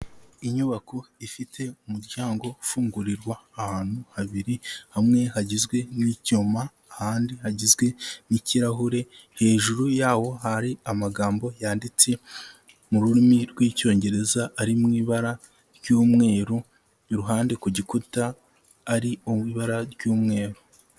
Inyubako ifite umuryango ufungurirwa ahantu habiri, hamwe hagizwe n'icyuma ahandi hagizwe n'ikirahure, hejuru yawo hari amagambo yanditse mu rurimi rw'icyongereza ari mu ibara ry'umweru, iruhande ku gikuta ari uw'ibara ry'umweru.